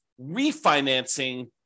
refinancing